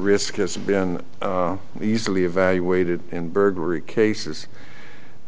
risk has been easily evaluated in burglary cases